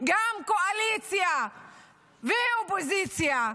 קואליציה ואופוזיציה,